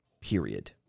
period